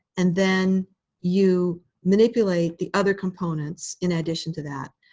and then you manipulate the other components in addition to that.